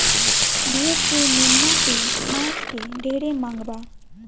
भेड़ के मेमना के मांस के ढेरे मांग बा